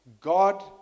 God